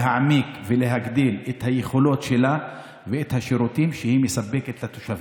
"להעמיק ולהגדיל את היכולות שלה ואת השירותים שהיא מספקת לתושבים".